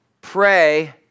pray